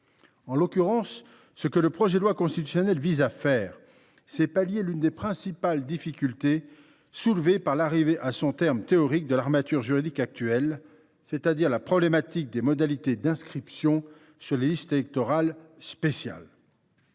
En l’occurrence, ce que le projet de loi constitutionnelle vise à faire, c’est pallier l’une des principales difficultés soulevées par l’arrivée à son terme théorique de l’armature juridique actuelle : la problématique des modalités d’inscription sur la liste électorale « spéciale